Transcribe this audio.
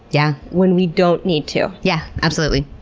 yeah when we don't need to. yeah, absolutely.